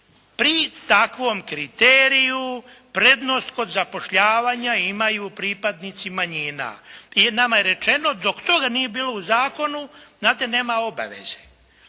Pri takvom kriteriju prednost kod zapošljavanja imaju pripadnici manjina. Nama je rečeno dok toga nije bilo u zakonu, znate nema obaveze